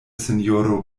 sinjoro